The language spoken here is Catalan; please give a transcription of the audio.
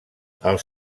els